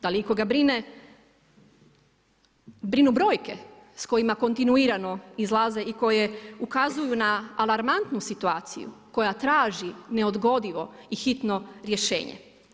Da li ikoga brinu brojke s kojima kontinuirano izlaze i koje ukazuju na alarmantnu situaciju koja traži neodgodivo i hitno rješenje?